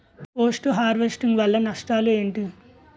Post harvesting వల్ల నష్టాలు ఏంటి?